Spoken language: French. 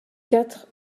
quatre